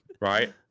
right